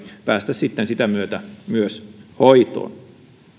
päästä sitten sitä myötä myös hoitoon